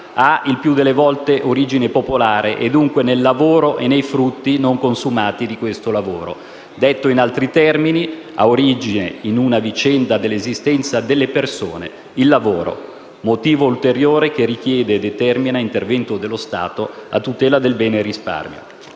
ha il più delle volte origine popolare e dunque nel lavoro e nei frutti non consumati di questo lavoro. Detto in altri termini, ha origine in una vicenda dell'esistenza delle persone: il lavoro. Ciò costituisce motivo ulteriore che richiede e determina l'intervento dello Stato a tutela del bene «risparmio».